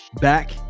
Back